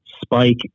spike